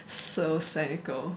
so cynical